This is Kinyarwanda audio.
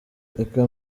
reka